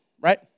Right